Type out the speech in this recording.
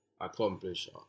accomplish